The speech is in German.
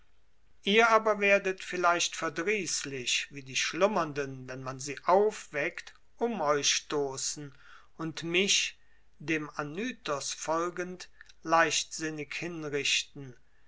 ihr aber werdet vielleicht verdrießlich wie die schlummernden wenn man sie aufweckt um euch stoßen und mich dem anytos folgend leichtsinnig hinrichten